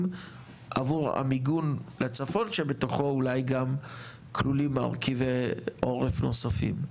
עבור המיגון לצפון שבתוכו אולי גם כלולים מרכיבי עורף נוספים.